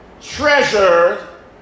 treasure